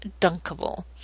dunkable